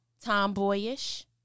tomboyish